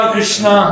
Krishna